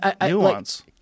nuance